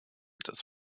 dass